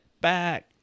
back